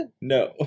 No